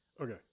Okay